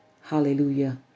Hallelujah